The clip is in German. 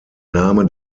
name